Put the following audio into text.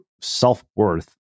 self-worth